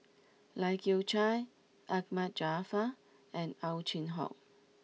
Lai Kew Chai Ahmad Jaafar and Ow Chin Hock